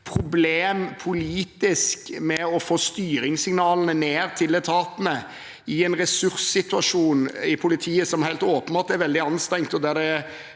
et politisk problem å få styringssignalene ned til etatene, med en ressurssituasjon i politiet som helt åpenbart er veldig anstrengt, og der det